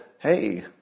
Hey